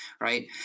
right